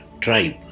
tribe